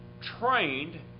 trained